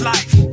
Life